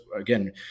again